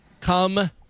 come